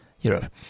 Europe